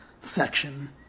section